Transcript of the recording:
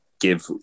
give